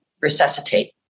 resuscitate